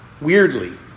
weirdly